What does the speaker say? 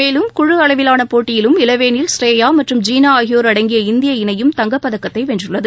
மேலும் குழு அளவிலான போட்டியிலும் இளவேனில் ஸ்ரேயா மற்றும் ஜீனா ஆகியோர் அடங்கிய இந்திய இணையும் தங்கப்பதக்கத்தை வென்றுள்ளது